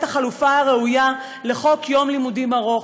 החלופה הראויה לחוק יום לימודים ארוך.